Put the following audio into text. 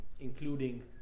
including